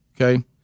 Okay